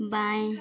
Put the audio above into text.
बाएं